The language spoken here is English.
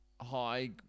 High